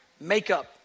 Makeup